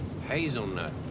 hazelnut